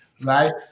right